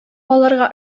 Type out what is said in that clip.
аларга